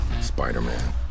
Spider-Man